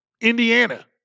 Indiana